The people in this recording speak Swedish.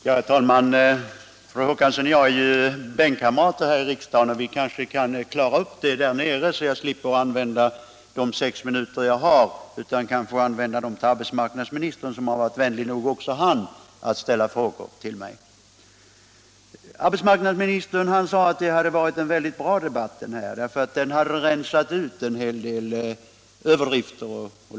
Herr talman! Fru Håkansson och jag är bänkkamrater här i riksdagen. Vi kanske kan klara upp den frågan i bänken, så att jag slipper att använda de sex minuter jag har i talarstolen till det, utan kan använda dem till att svara arbetsmarknadsministern, som också han varit vänlig nog att ställa frågor till mig. Arbetsmarknadsministern sade att det här hade varit en bra debatt, därför att den hade rensat ut en hel del överdrifter.